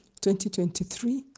2023